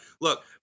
look